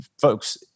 folks